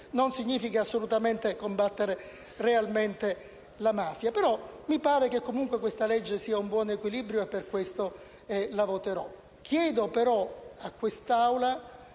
non significa assolutamente combattere realmente la mafia. Mi pare comunque questa legge rappresenti un buon equilibrio e per questo la voterò,